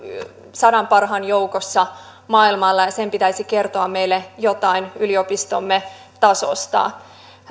sadan parhaan joukossa maailmalla ja sen pitäisi kertoa meille jotain yliopistomme tasosta